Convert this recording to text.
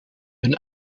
hun